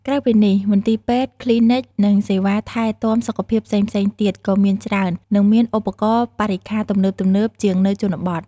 ក្រៅពីនេះ មន្ទីរពេទ្យ គ្លីនិក និងសេវាថែទាំសុខភាពផ្សេងៗទៀត ក៏មានច្រើន និងមានឧបករណ៍បរិក្ខារទំនើបៗជាងនៅជនបទ។